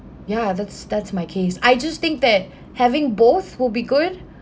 ya that's that's my case I just think that having both will be good